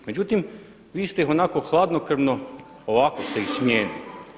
Međutim, vi ste ih onako hladnokrvno, olako ste ih smijenili.